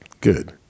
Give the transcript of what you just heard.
good